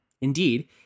Indeed